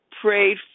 prayed